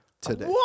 today